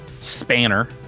spanner